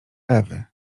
ewy